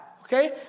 Okay